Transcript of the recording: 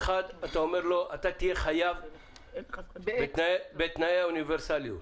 לאחד אתה אומר: אתה תהיה חייב בתנאי האוניברסליות,